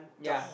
ya